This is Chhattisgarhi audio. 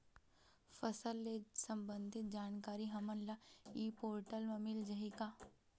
फसल ले सम्बंधित जानकारी हमन ल ई पोर्टल म मिल जाही का?